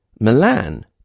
Milan